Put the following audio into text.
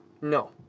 No